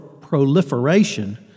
proliferation